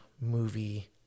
movie